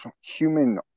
human